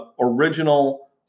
original